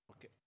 Okay